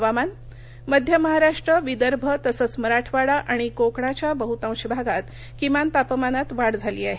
हवामान मध्य महाराष्ट्र विदर्भ तसंच मराठवाडा आणि कोकणाच्या बह्तांश भागात किमान तापमानात वाढ झाली आहे